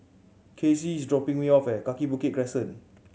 Kacey is dropping me off at Kaki Bukit Crescent